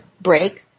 break